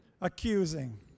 accusing